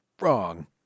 wrong